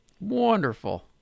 Wonderful